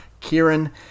Kieran